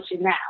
now